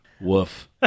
Woof